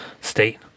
state